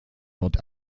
wird